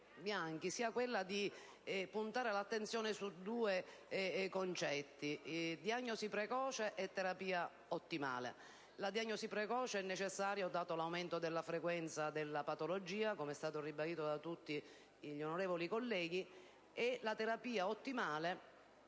sia di puntare l'attenzione su due concetti: diagnosi precoce e terapia ottimale. La diagnosi precoce è necessaria, dato l'aumento della frequenza della patologia, come è stato ribadito da tutti gli onorevoli colleghi, e la terapia ottimale